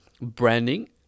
branding